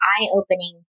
eye-opening